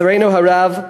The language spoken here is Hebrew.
לצערנו הרב,